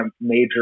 major